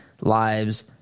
Lives